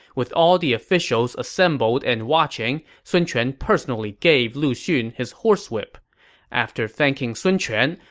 with all the officials assembled and watching, sun quan personally gave lu xun his horse whip after thanking sun quan,